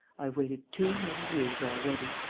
i have waited too many years already.